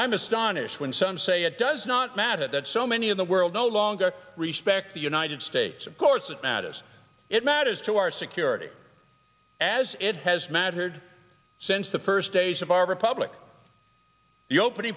i'm astonished when some say it does not matter that so many of the world no longer respect the united states of course it matters it matters to our security as it has mattered since the first days of our republic